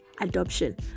adoption